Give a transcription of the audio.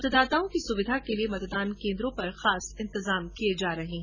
मतदाताओं की सुविधा के लिए मतदान केन्द्रों पर भी खास प्रबंध किए जा रहे है